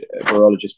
virologist